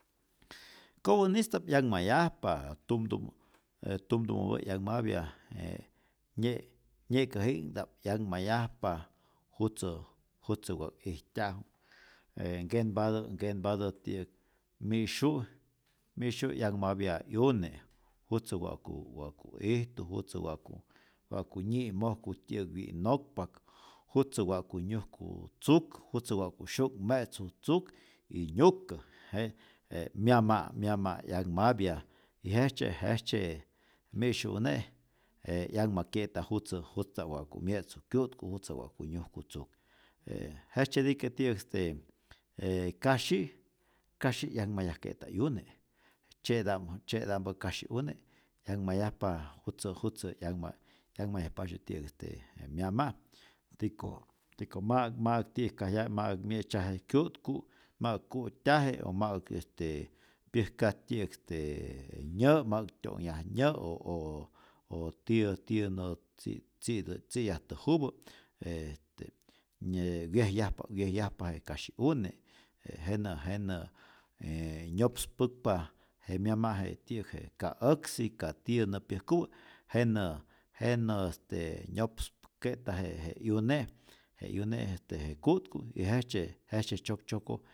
Kopä'nista'p yanhmayajpa, tum tum e tumtumäpä' 'yanhmapya, je nye nye'käji'nhta'p 'yanhmayajpa jutzä jutzä wa ijtyaju, e nkenpatä nkenpatä ti'yäk mi'syu' mi'syu' 'yanmapya 'yune jutzä wa'ku wa'ku ijtu, jutzä wa'ku wa'ku nyi'mojku ti'yäk wyi'nokpak, jutzä wa'ku nyujku tzuk, jutzä wa'ku syu'kme'tzu tzuk y nyukä, je myama' myama' 'yanhmapya, y jejtzye jejtzye mi'syu une' e 'yanhmakye'ta jutzä jutzta'p wa'ku mye'tzu kyu'tku', jutzä wa'ku nyujku tzuk, je jejtzyetike ti'yäk este e kasyi', kasyi' 'yanhmayajke'ta 'yune, tzye'ta'pä tzye'ta'mpä kasyi'une' 'yanhmayajpa jutzä jutzä 'yanhma yanhmayajpasye ti'yäk este myama', tiko tiko ma'äk ma'äk ti'yäjkajyaje ma'äk mye'tzyaje kyu'tku', ma'äk ku'tyaje o ma'äk este pyäjkaj tyi'yä'k este nyä', ma'äk tyo'nhyaj nyä' o o o tiyä tiyä nä tzi' tzi'tä tzi'yajtäjupä e este ne wyejyajpa wyejyajpa je kasyi'une, jenä jenä' e nyopspäkpa je myama' je ti'yäk ka äksi ka tiyä nä pyäjkupä, jenä jenä este nyopspäk'keta je je 'yune' je y'une' je ku'tku y jejtzye jejtzye tzoktzoko